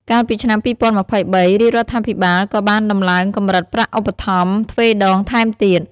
កាលពីឆ្នាំ២០២៣ រាជរដ្ឋាភិបាលក៏បានដំឡើងកម្រិតប្រាក់ឧបត្ថម្ភទ្វេដងថែមទៀត។